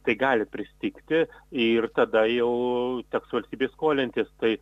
tai gali pristigti ir tada jau teks valstybei skolintis tai